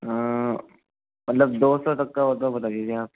हाँ मतलब दो सौ तक हो तो बता दीजिए आप